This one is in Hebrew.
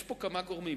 יש פה כמה גורמים.